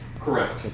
Correct